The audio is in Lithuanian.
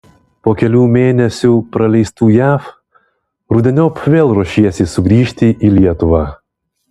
po kelių mėnesių praleistų jav rudeniop vėl ruošiesi sugrįžti į lietuvą